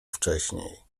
wcześniej